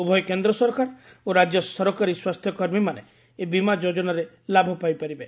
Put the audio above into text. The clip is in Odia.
ଉଭୟ କେନ୍ଦ୍ରସରକାର ଓ ରାଜ୍ୟ ସରକାରୀ ସ୍ୱାସ୍ଥ୍ୟକର୍ମୀମାନେ ଏହି ବୀମା ଯୋଜନାରେ ଲାଭ ପାଇପାରିବେ